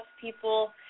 people